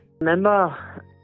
Remember